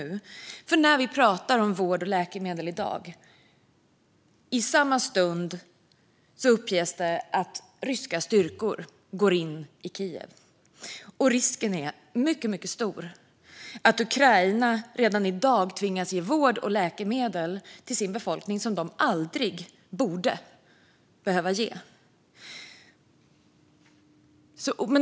I samma stund som vi nu talar om vård och läkemedel uppges att ryska styrkor går in i Kiev. Risken är mycket stor för att Ukraina redan i dag tvingas ge vård och läkemedel till sin befolkning som de aldrig borde behöva ge.